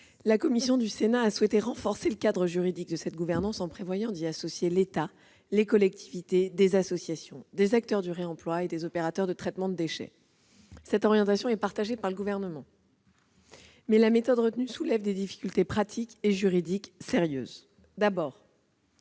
commission a souhaité renforcer le cadre juridique de cette gouvernance en prévoyant d'y associer l'État, les collectivités, des associations, des acteurs du réemploi et des opérateurs de traitement des déchets. Cette orientation est partagée par le Gouvernement, mais la méthode retenue soulève des difficultés pratiques et juridiques sérieuses.